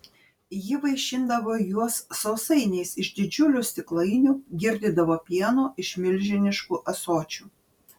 ji vaišindavo juos sausainiais iš didžiulių stiklainių girdydavo pienu iš milžiniškų ąsočių